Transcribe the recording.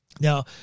Now